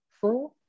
four